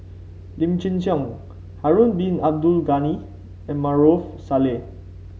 Lim Chin Siong Harun Bin Abdul Ghani and Maarof Salleh